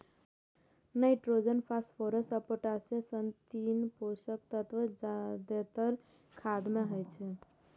nitrogen, phosphorus आ potassium सन तीन पोषक तत्व जादेतर खाद मे होइ छै